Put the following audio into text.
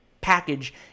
package